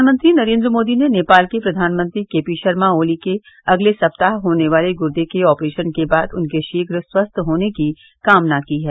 प्रधानमंत्री नरेन्द्र मोदी ने नेपाल के प्रधानमंत्री के पी शर्मा ओली के अगले सप्ताह होने वाले गुर्दे के ऑपरेशन के बाद उनके शीघ्र स्वस्थ होने की कामना की है